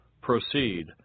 Proceed